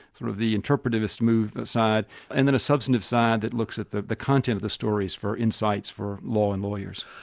sort of the interpretivist side and then a substantive side that looks at the the content of the stories for insights, for law and lawyers.